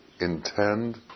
intend